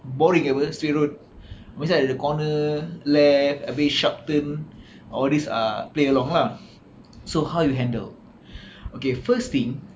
boring apa straight road mesti ada corner left a bit sharp turn all these ah play along lah so how you handle okay first thing